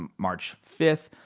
um march fifth.